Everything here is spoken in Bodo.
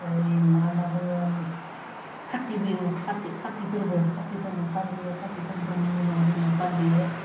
ओइ मा होन्ना बुङो खाथि बिहु खाथि खाथि फोरबो खाथि फोरबो फालियो खाथि फोरबोनि उनाव जोङो फालियो